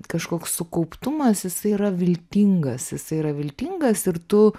kažkoks sukauptumas jisai yra viltingas jisai yra viltingas ir tu